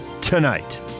tonight